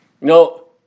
No